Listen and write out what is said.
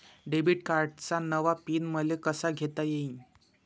Debit कार्डचा नवा PIN मले कसा घेता येईन?